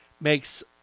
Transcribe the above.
makes